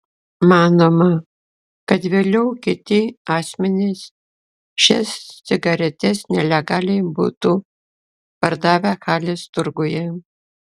manoma kad vėliau kiti asmenys šias cigaretes nelegaliai būtų pardavę halės turguje